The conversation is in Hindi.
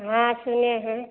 हाँ सुने हैं